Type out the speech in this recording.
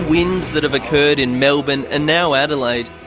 wins that have occurred in melbourne and now adelaide,